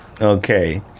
Okay